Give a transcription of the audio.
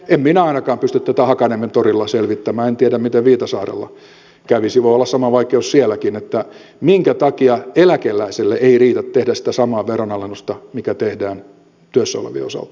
en minä ainakaan pysty tätä hakaniemen torilla selvittämään en tiedä miten viitasaarella kävisi voi olla sama vaikeus sielläkin että minkä takia eläkeläiselle ei riitä tehdä sitä samaa veronalennusta mikä tehdään työssä olevien osalta